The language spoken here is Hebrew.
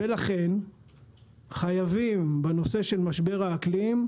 ולכן, חייבים, בנושא של משבר האקלים,